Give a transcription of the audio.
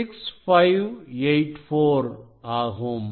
6584 ஆகும்